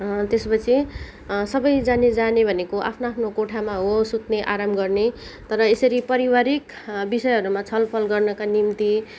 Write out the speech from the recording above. त्यसपछि सबैजना जाने भनेको आफ्नो आफ्नो काठोमा हो सुत्ने आराम गर्ने तर यसरी पारिवारिक विषयहरूमा छलफल गर्नका निम्ति